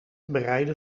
bereiden